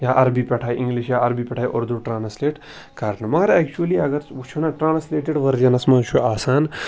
یا عربی پٮ۪ٹھ آے اِنٛگلِش یا عربی پٮ۪ٹھ آے اُردوٗ ٹرٛانَسلیٹ کَرنہٕ مگر اٮ۪کچُولی اگر أسۍ وٕچھو نا ٹرٛانَسلیٹٕڈ ؤرجَنَس منٛز چھُ آسان